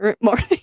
morning